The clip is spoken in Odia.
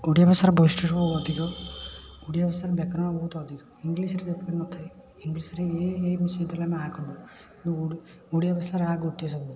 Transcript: ଓଡ଼ିଆ ଭାଷାର ବୈଶିଷ୍ଟ୍ୟ ଅଧିକ ଓଡ଼ିଆ ଭାଷାର ବ୍ୟାକରଣ ବହୁତ ଅଧିକ ଇଂଲିଶ୍ରେ ଯେପରି ନଥାଏ ଇଂଲିଶ୍ରେ ଏ ଏ ମିଶିକି ଥିଲେ ଆମେ ଆ କହୁ କିନ୍ତୁ ଓଡ଼ି ଓଡ଼ିଆ ଭାଷାରେ ଆ ଗୋଟିଏ ଶବ୍ଦ